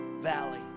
valley